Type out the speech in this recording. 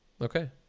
Okay